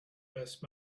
best